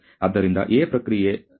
ಆದ್ದರಿಂದ A ಪ್ರಕ್ರಿಯೆ ಇದೆ ಎಂದು ಹೇಳೋಣ